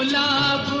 da